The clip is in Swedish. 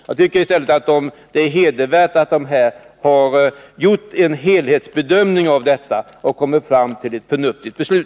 Jag tycker att det är hedervärt att man gjort en helhetsbedömning av detta och kommit fram till ett förnuftigt beslut.